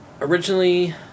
Originally